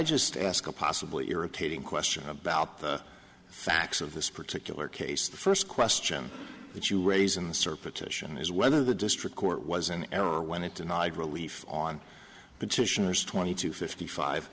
just ask a possibly irritating question about the facts of this particular case the first question that you raise in the circulation is whether the district court was in error when it denied relief on petitioners twenty two fifty five